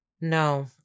No